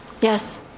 Yes